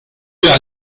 wir